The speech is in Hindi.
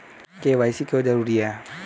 के.वाई.सी क्यों जरूरी है?